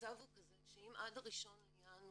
המצב הוא כזה שאם עד ה-1 לינואר